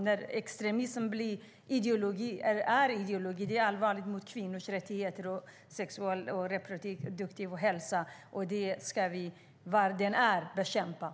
När extremism blir ideologi är det allvarligt för kvinnors rättigheter och sexuella och reproduktiva hälsa. Sådant ska vi bekämpa var det än är.